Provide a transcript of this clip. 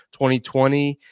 2020